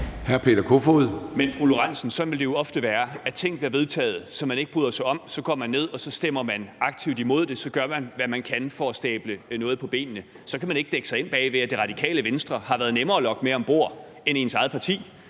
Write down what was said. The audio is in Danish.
Dehnhardt, sådan vil det jo ofte være. Ting, som man ikke bryder sig om, vil blive vedtaget, og så går man ned og stemmer aktivt imod det, og så gør man, hvad man kan for at stable noget på benene. Så kan man ikke dække sig ind bag, at Radikale Venstre har været nemmere at lokke med om bord end ens eget parti.